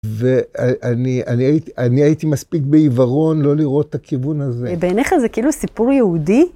‫ואני הייתי מספיק בעיוורון ‫לא לראות את הכיוון הזה. ‫בעינייך זה כאילו סיפור יהודי?